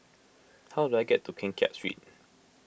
how do I get to Keng Kiat Street